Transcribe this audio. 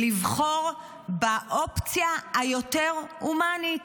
לבחור באופציה היותר-הומנית.